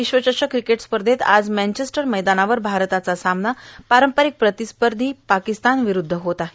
विश्वचषक क्रिकेट स्पर्धेत आज मॅनचेस्टर मैदानावर भारताचा सामना पारंपारिक प्रतिस्पर्धी पाकिस्तान विरूध्द होत आहे